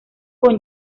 con